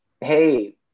hey